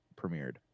premiered